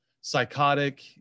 psychotic